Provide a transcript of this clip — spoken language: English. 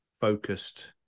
focused